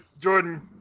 Jordan